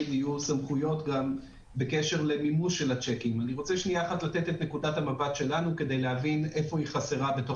על סדר היום: הצעת חוק סליקת שיקים ושיקים ללא כיסוי (תיקוני חקיקה),